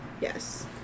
yes